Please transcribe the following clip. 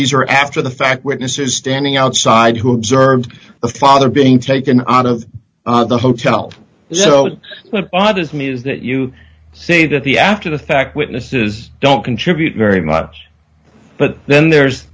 these are after the fact witnesses standing outside who observed the father being taken out of the hotel so odd to me is that you see that the after the fact witnesses don't contribute very much but then there's